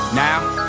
now